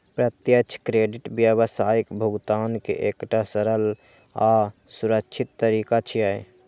प्रत्यक्ष क्रेडिट व्यावसायिक भुगतान के एकटा सरल आ सुरक्षित तरीका छियै